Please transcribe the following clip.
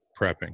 prepping